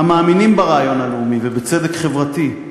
המאמינים ברעיון הלאומי ובצדק חברתי,